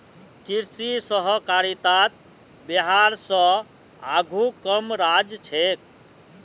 कृषि सहकारितात बिहार स आघु कम राज्य छेक